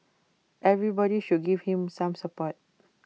everybody should give him some support